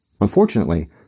Unfortunately